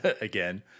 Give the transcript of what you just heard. again